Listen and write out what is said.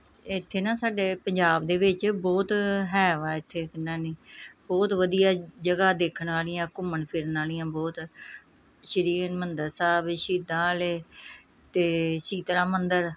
ਇੱਥੇ ਨਾ ਸਾਡੇ ਪੰਜਾਬ ਦੇ ਵਿੱਚ ਬਹੁਤ ਹੈ ਵਾ ਇੱਥੇ ਕਿੰਨਾ ਨਹੀਂ ਬਹੁਤ ਵਧੀਆ ਜਗ੍ਹਾ ਦੇਖਣ ਵਾਲੀਆਂ ਘੁੰਮਣ ਫਿਰਨ ਵਾਲੀਆਂ ਬਹੁਤ ਸ਼੍ਰੀ ਹਰਿਮੰਦਰ ਸਾਹਿਬ ਸ਼ਹੀਦਾਂ ਵਾਲੇ ਅਤੇ ਸ਼ੀਤਲਾ ਮੰਦਰ